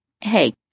Hey